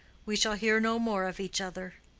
we shall hear no more of each other.